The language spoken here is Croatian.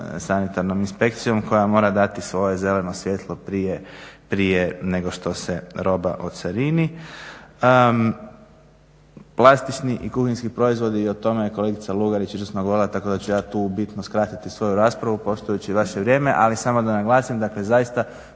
sanitarnom inspekcijom koja mora dati svoje zeleno svjetlo prije nego što se roba ocarini. Plastični i kuhinjski proizvodi i o tome je kolegica Lugarić izvrsno govorila, tako da ću ja tu bitno skratiti svoju raspravu poštujući vaše vrijeme, ali samo da naglasim, dakle zaista